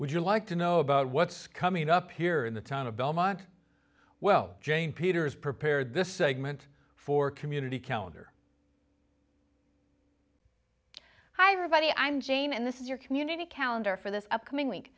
would you like to know about what's coming up here in the town of belmont well jane peters prepared this segment for community counter higher body i'm jane and this is your community calendar for this upcoming week